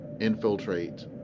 infiltrate